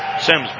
Sims